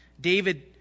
David